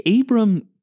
Abram